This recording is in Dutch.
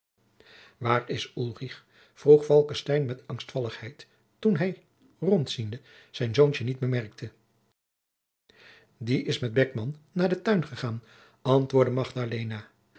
waar is ulrich vroeg falckestein met angstvalligheid toen hij rondziende zijn zoontje niet bemerkte die is met beckman naar den tuin gegaan antwoordde